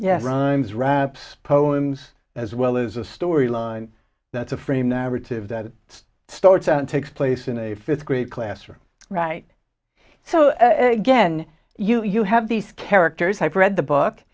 rhymes raps poems as well as a story line that's a frame narrative that starts out takes place in a fifth grade classroom right so again you have these characters i've read the book